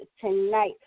tonight